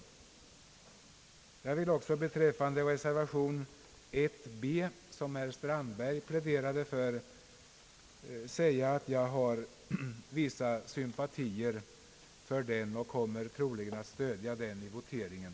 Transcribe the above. Jag vill också beträffande reservation b, som herr Strandberg pläderade för, säga att jag har vissa sympatier för den. Jag kommer troligen att stödja den i voteringen.